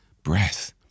breath